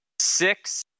six